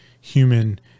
human